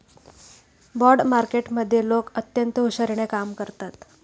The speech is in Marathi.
बाँड मार्केटमधले लोक अत्यंत हुशारीने कामं करतात